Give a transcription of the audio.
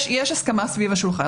יש הסכמה סביב השולחן.